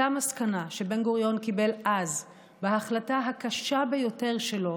אותה מסקנה שבן-גוריון קיבל אז בהחלטה הקשה ביותר שלו